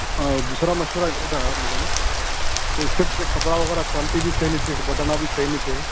ہاں دوسرا مشورہ یہ تھا میڈم کُل شپ پہ کپڑا وغیرہ کوالٹی بھی صحیح نہیں تھی بٹن بھی صحیح نہیں تھے